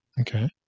Okay